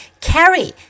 Carry